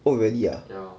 oh really ah